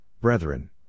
brethren